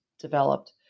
developed